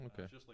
Okay